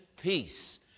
peace